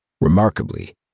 Remarkably